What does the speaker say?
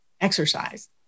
exercise